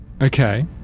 Okay